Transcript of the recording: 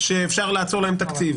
שאפשר לעצור להם תקציב.